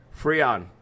Freon